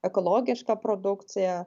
ekologišką produkciją